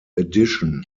addition